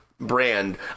brand